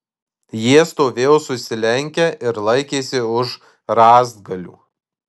jie stovėjo susilenkę ir laikėsi už rąstgalių